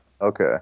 Okay